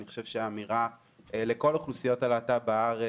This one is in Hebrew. אני חושב שהאמירה לכל אוכלוסיות הלהט"ב בארץ,